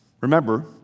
Remember